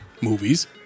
movies